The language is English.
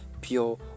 pure